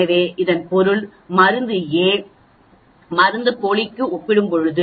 எனவே இதன் பொருள் மருந்து a மருந்துப்போலிக்கு ஒப்பிடும்போது தூங்கும் நேரத்தை குறைக்காது